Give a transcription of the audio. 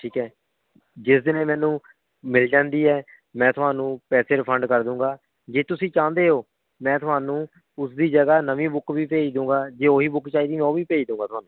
ਠੀਕ ਹੈ ਜਿਸ ਦਿਨ ਇਹ ਮੈਨੂੰ ਮਿਲ ਜਾਂਦੀ ਹੈ ਮੈਂ ਤੁਹਾਨੂੰ ਪੈਸੇ ਰੀਫੰਡ ਕਰ ਦੂੰਗਾ ਜੇ ਤੁਸੀਂ ਚਾਹੁੰਦੇ ਹੋ ਮੈਂ ਤੁਹਾਨੂੰ ਉਸ ਦੀ ਜਗ੍ਹਾ ਨਵੀਂ ਬੁੱਕ ਵੀ ਭੇਜ ਦੂੰਗਾ ਜੇ ਉਹ ਹੀ ਬੁੱਕ ਚਾਹੀਦੀ ਮੈਂ ਉਹ ਵੀ ਭੇਜ ਦੂੰਗਾ ਤੁਹਾਨੂੰ